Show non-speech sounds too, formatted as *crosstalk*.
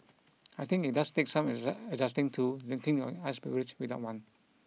I think it does take some *unintelligible* adjusting to drinking your iced beverage without one